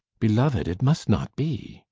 beloved, it must not be.